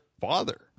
father